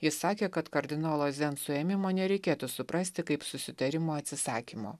jis sakė kad kardinolo zen suėmimo nereikėtų suprasti kaip susitarimo atsisakymo